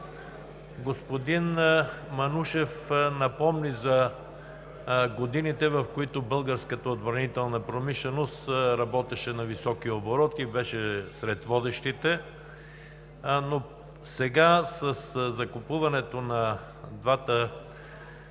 Господин Манушев напомни за годините, в които българската отбранителна промишленост работеше на високи обороти, беше сред водещите. Сега със закупуването на двата